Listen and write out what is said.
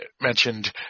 mentioned